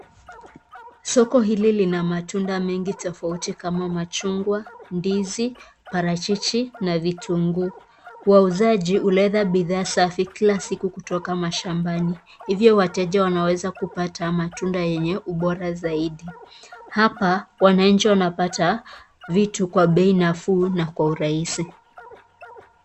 Soko hili lina matunda mengi tofauti, kama machugwa, ndizi ,parachichi na vitunguu. Wauzaji huleta bidhaa safi Kila siku kutoka mashambani. Hivyo wateja wanaweza kupata matunda yenye ubora saidi. Hapa wananchi wanapata vitu kwa bei nafuu na kwa urahisi.